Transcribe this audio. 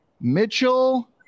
Mitchell